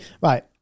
Right